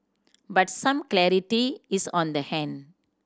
but some clarity is on the hand